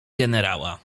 generała